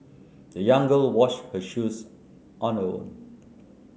the young girl washed her shoes on her own